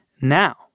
now